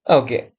okay